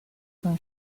con